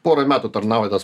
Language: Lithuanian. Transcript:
porai metų tarnauja tas